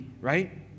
right